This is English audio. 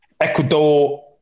Ecuador